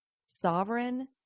sovereign